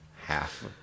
Half